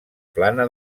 plana